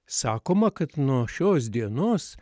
sakoma kad nuo šios dienos